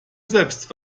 selbst